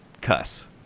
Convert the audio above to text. cuss